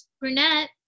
Brunette